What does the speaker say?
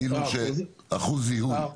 אחוז זיהוי.